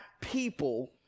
people